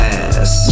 ass